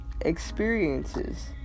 experiences